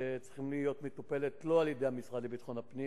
שצריכה להיות מטופלת לא על-ידי המשרד לביטחון הפנים